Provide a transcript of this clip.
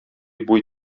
буй